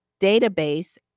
database